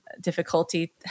difficulty